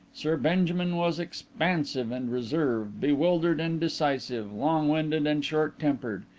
sir benjamin was expansive and reserved, bewildered and decisive, long-winded and short-tempered,